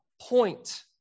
point